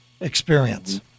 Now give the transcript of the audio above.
experience